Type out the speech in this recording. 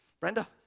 Brenda